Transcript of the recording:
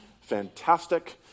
fantastic